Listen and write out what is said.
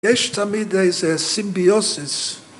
‫יש תמיד איזה סימביוסיס.